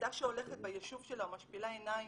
ילדה שהולכת ביישוב שלה ומשפילה עיניים